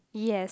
yes